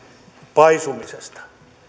paisumisesta